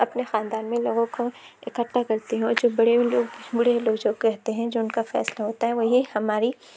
اپنے خاندان میں لوگوں کو اِکھٹا کرتے ہیں اور جو بڑے اُن لوگ بڑے لوگ جو کہتے ہیں جو اُ ن کا فیصلہ ہوتا ہے وہی ہماری